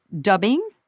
dubbing